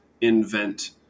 invent